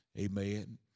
amen